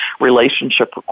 relationship